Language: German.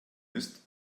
ist